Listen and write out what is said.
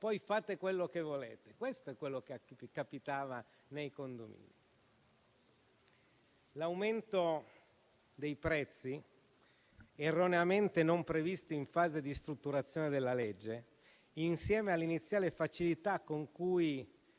poi fate quello che volete». Questo è quello che capitava nei condomini. L'aumento dei prezzi, erroneamente non previsto in fase di strutturazione della legge, insieme all'iniziale facilità con cui